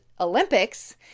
olympics